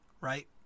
right